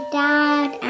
dad